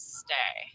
stay